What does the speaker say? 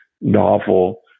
novel